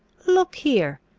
look here!